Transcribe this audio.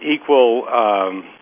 equal